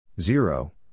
Zero